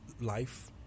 life